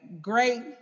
great